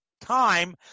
time